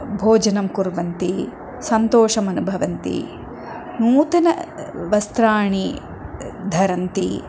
भोजनं कुर्वन्ति सन्तोषम् अनुभवन्ति नूतनानि वस्त्राणि धरन्ति